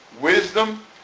wisdom